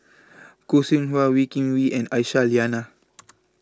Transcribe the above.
Khoo Seow Hwa Wee Kim Wee and Aisyah Lyana